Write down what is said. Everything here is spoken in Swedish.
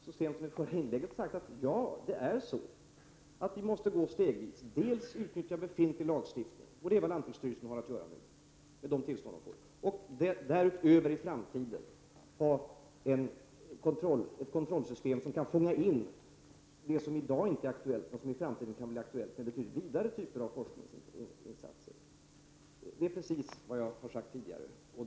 Så sent som i mitt förra inlägg sade jag att vi måste gå stegvis fram och utnyttja befintlig lagstiftning, vilket lantbruksstyrelsen nu har att arbeta med, med det tillstånd som den får. Därutöver får vi i framtiden ha ett kontrollsystem med vilket man kan fånga in det som i dag inte är aktuellt men som i framtiden kan bli aktuellt med betydligt vidare typer av forskningsinsatser. Det är precis vad jag tidigare har sagt.